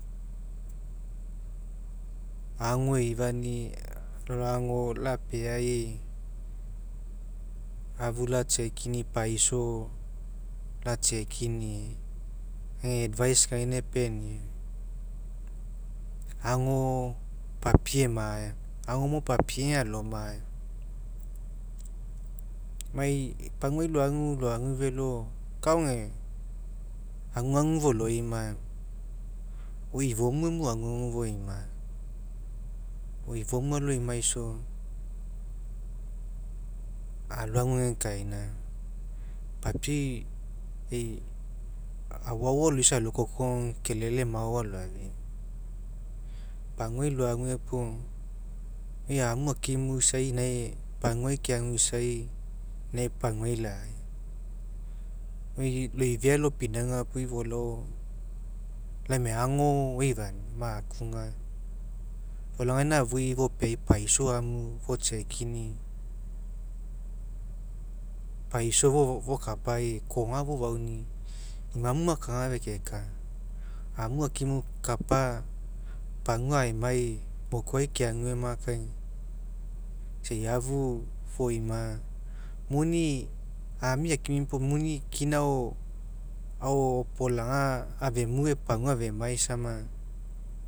Ago eifani'i lalao ago lapeai afu la check'inia paisoa la check'inia age advice gaina epeniau aga mo papie emae ago mo papie alo mae mai pagua loagu. Loagu felobkai ao ega aguagu foloima eoma oi ifomu emu aguagu foima eoma oi ifomu aloimaiso aloagu agekaina alma. Papiau e'i e'i aoaoa aloisai alokoko aga kelele mao aloafia eoma paguai loagu puo oi amu akimu isai inae paguai keagu isa inae paguai lai. Oi loifea lopinauga puo oi folao gaina afui fopeai paiso amu for check'inii paisoa fokapa amu akimu pagua aemai mokuai keague ma kai isa einafu foima muni ami akimi puo muni kina ao opolaga afemai pagua afemai aisama